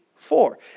four